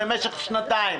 במשך שנתיים,